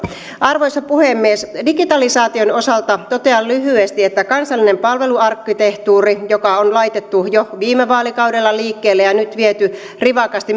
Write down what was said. arvoisa puhemies digitalisaation osalta totean lyhyesti että kansallinen palveluarkkitehtuuri joka on laitettu jo viime vaalikaudella liikkeelle ja jota on nyt viety rivakasti